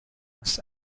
was